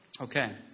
Okay